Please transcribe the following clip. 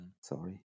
Sorry